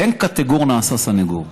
אין קטגור נעשה סנגור.